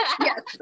Yes